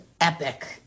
epic